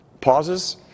pauses